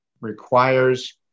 requires